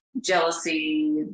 jealousy